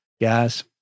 guys